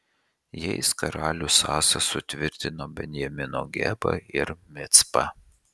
jais karalius asa sutvirtino benjamino gebą ir micpą